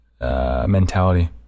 mentality